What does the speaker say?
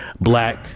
black